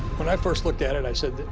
when i first looked at it, i said,